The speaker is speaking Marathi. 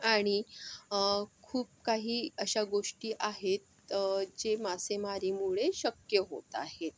आणि खूप काही अशा गोष्टी आहेत जे मासेमारीमुळे शक्य होत आहेत